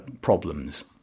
problems